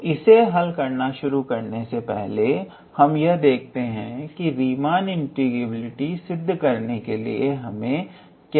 तो इसे हल करना शुरू करने से पहले हम यह देखते हैं कि रीमान इंटीग्रेबिलिटी सिद्ध करने के लिए हमें क्या चाहिए